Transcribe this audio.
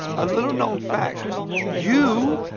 a little known fact you,